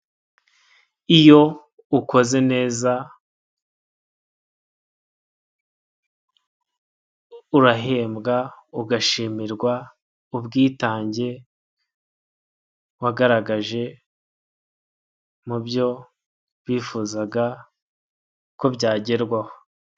Iyo ukoze neza urahembwa ugashimirwa ubwitange wagaragaje mu byo wifuzaga ko byagerwaho.